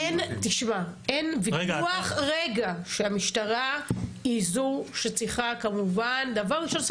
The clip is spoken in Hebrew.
אין ויכוח שהמשטרה היא זו שצריכה כמובן דבר ראשון,